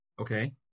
okay